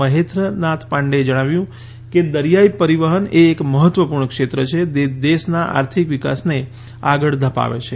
મહેન્દ્ર નાથ પાંડેએ જણાવ્યું કે દરિયાઇ પરિવહન એ એક મહત્વપૂર્ણ ક્ષેત્ર છે જે દેશના આર્થિક વિકાસને આગળ ધપાવે છે